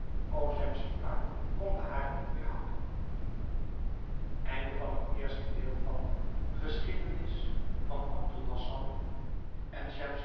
ook schemselnihar kon de hare niet weêrhouden